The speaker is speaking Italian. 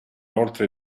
oltre